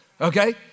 Okay